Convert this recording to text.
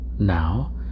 now